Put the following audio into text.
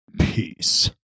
peace